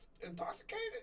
intoxicated